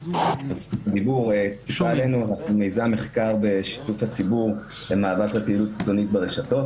אנחנו מיזם מחקר בשיתוף הציבור של מאבק על --- ברשתות.